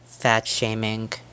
fat-shaming